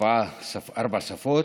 ארבע שפות,